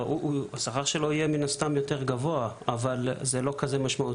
לא, השכר שלו יהיה יותר גבוה, אבל זה לא משמעותי.